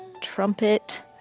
trumpet